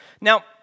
Now